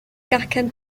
gacen